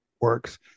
works